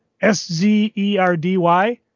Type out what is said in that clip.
S-Z-E-R-D-Y